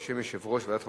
בשם יושב-ראש ועדת החוקה,